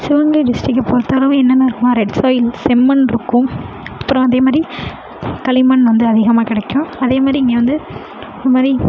சிவகங்கை டிஸ்ட்ரிக்க பொறுத்த அளவு என்னென்ன இருக்குனால் ரெட் சோயில்ஸ் செம்மண்ருக்கும் அப்புறம் அதே மாதிரி களிமண் வந்து அதிகமாக கிடைக்கும் அதே மாதிரி இங்கே வந்து இது மாதிரி